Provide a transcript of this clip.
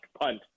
punt